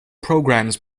programmes